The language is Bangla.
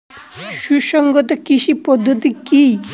সুসংহত কৃষি পদ্ধতি কি?